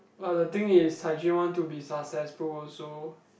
but the thing is Cai-Jun want to be successful also